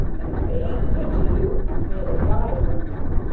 and if they ain't good to you may they die from you!